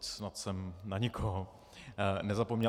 Snad jsem na nikoho nezapomněl.